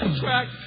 track